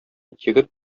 егет